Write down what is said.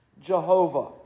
Jehovah